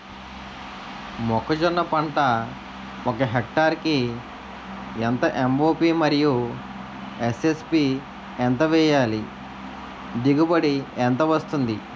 మొక్కజొన్న పంట ఒక హెక్టార్ కి ఎంత ఎం.ఓ.పి మరియు ఎస్.ఎస్.పి ఎంత వేయాలి? దిగుబడి ఎంత వస్తుంది?